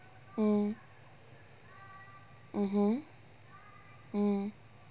mm mmhmm mm